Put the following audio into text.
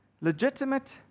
legitimate